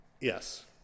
Yes